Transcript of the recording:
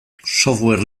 software